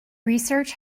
research